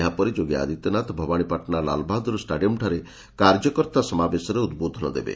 ଏହାପରେ ଯୋଗୀ ଆଦିତ୍ୟନାଥ ଭବାନୀପାଟଣା ଲାଲ୍ବାହାଦ୍ର ଷ୍ଟାଡିୟମ୍ଠାରେ କାର୍ଯ୍ୟକର୍ତ୍ତା ସମାବେଶରେ ଉଦ୍ବୋଧନ ଦେବେ